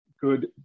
good –